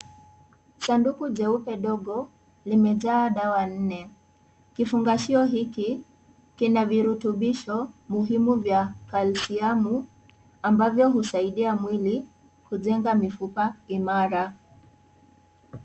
Sanduku cheupe ndogo limejaa dawa nne kifungashio hiki kina virutobisho muhimu vya kalisiumu ambavyo husaidia mwili kujenga mifumba imara.